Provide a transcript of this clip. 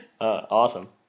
Awesome